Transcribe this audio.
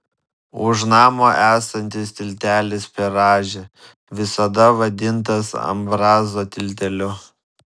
už namo esantis tiltelis per rąžę visada vadintas ambrazo tilteliu